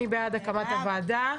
מי בעד הקמת הוועדה?